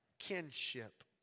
kinship